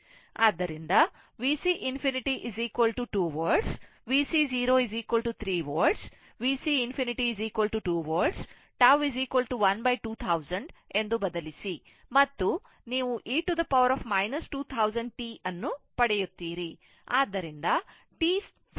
ಆದ್ದರಿಂದ VC ∞ 2 Volt VC 0 3 Volt VC ∞ 2 τ12000 ಎಂದು ಬದಲಿಸಿ ಮತ್ತು ನೀವು e 2000t ಅನ್ನು ಪಡೆಯುತ್ತೀರಿ ಆದ್ದರಿಂದ t0 ಆದಾಗ VCt 2 e 2000t ಆಗಿರುತ್ತದೆ